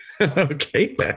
Okay